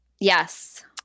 Yes